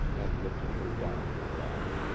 and lifted her down to the ground.